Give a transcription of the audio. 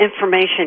information